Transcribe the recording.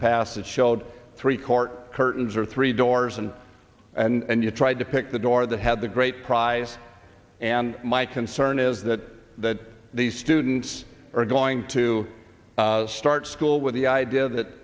past it showed three court curtains or three doors and and you tried to pick the door that had the great prize and my concern is that that these students are going to start school with the idea that